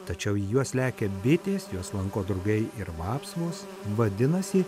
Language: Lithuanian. tačiau į juos lekia bitės juos lanko drugiai ir vapsvos vadinasi